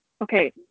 Okay